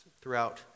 throughout